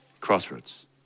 crossroads